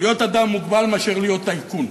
להיות אדם מוגבל מאשר להיות טייקון.